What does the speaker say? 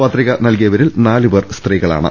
പത്രിക നൽകിയവരിൽ നാലുപേർ സ്ത്രീകളാണ്